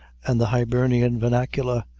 and the hibernian vernacular,